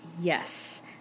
yes